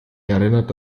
erinnert